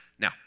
Now